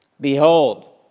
Behold